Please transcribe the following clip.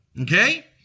okay